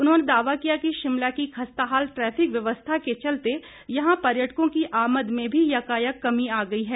उन्होंने दावा किया कि शिमला की खस्ता हाल ट्रैफिक व्यवस्था के चलते यहां पर्यटकों की आमद में भी यकायक कमी आ गई है